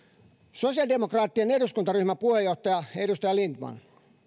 sosiaalidemokraattisen eduskuntaryhmän puheenjohtaja edustaja lindtman